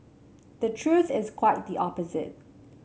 the truth is quite the opposite